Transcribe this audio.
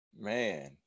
Man